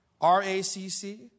RACC